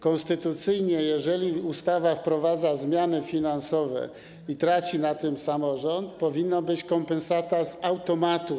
Konstytucyjnie jeżeli ustawa wprowadza zmiany finansowe i traci na tym samorząd, powinna być kompensata z automatu.